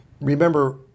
Remember